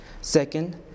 Second